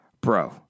bro